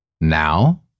Now